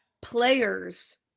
players